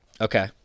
Okay